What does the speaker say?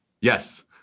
Yes